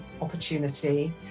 opportunity